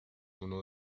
uno